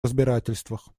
разбирательствах